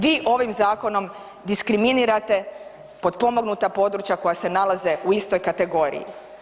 Vi ovim zakonom diskriminirate potpomognuta područja koja se nalaze u istoj kategoriji.